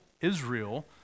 Israel